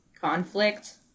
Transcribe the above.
conflict